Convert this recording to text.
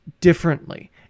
differently